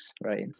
Right